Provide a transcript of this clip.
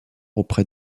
auprès